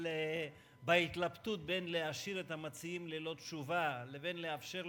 אבל בהתלבטות בין להשאיר את המציעים ללא תשובה לבין לאפשר